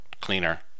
cleaner